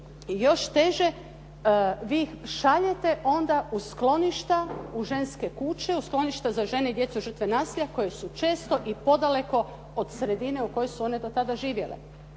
još teže, vi ih šaljete onda u skloništa, u ženske kuće, u skloništa za žene i djecu žrtve nasilja koje su često i podaleko od sredine u kojoj su one do tada živjele.